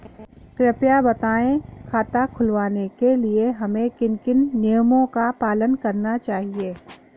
कृपया बताएँ खाता खुलवाने के लिए हमें किन किन नियमों का पालन करना चाहिए?